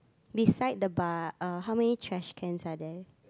beside the bar uh how many trash cans are there